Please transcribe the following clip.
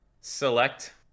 Select